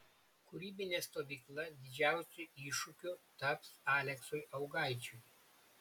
kūrybinė stovykla didžiausiu iššūkiu taps aleksui augaičiui